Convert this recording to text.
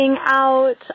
out